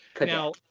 Now